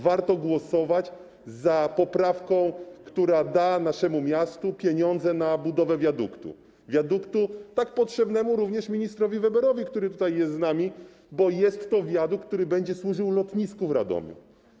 Warto głosować za poprawką, która da naszemu miastu pieniądze na budowę wiaduktu, wiaduktu tak potrzebnego również ministrowi Weberowi, który tutaj jest z nami, bo jest to wiadukt, który będzie służył lotnisku w Radomiu.